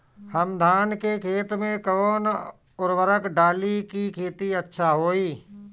हम धान के खेत में कवन उर्वरक डाली कि खेती अच्छा होई?